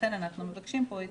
לכן אנחנו מבקשים את אישורכם.